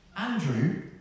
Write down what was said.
Andrew